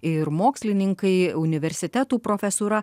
ir mokslininkai universitetų profesūra